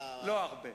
לא הרבה.